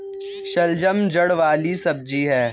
शलजम जड़ वाली सब्जी है